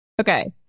okay